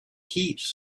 heaps